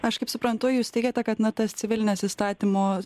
aš kaip suprantu jūs teigiate kad na tas civilines įstatymo